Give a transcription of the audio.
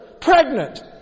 pregnant